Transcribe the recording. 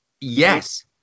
Yes